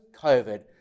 COVID